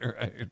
right